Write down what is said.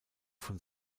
von